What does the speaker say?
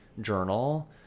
journal